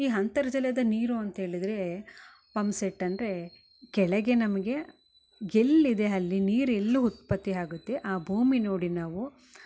ಈ ಅಂತರ್ಜಲದ ನೀರು ಅಂತ ಹೇಳಿದರೆ ಪಂಪ್ ಸೆಟ್ ಅಂದರೆ ಕೆಳಗೆ ನಮಗೆ ಎಲ್ಲಿ ಇದೆ ಅಲ್ಲಿ ನೀರು ಎಲ್ಲಿ ಉತ್ಪತ್ತಿ ಆಗತ್ತೆ ಆ ಭೂಮಿ ನೋಡಿ ನಾವು